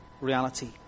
reality